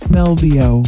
Melvio